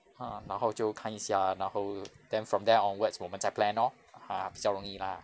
ah 然后就看一下然后 then from there onwards 我们再 plan lor (uh huh) 比较容易 lah